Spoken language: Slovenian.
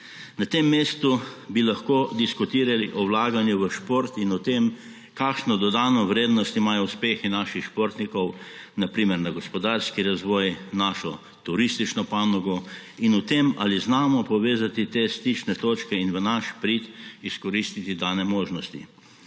Na tem mestu bi lahko diskutirali o vlaganju v šport in o tem, kakšno dodano vrednost imajo uspehi naših športnikov, na primer na gospodarski razvoj, našo turistično panogo in o tem, ali znamo povezati te stične točke in v naš prid izkoristiti dane možnosti.